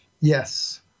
Yes